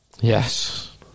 Yes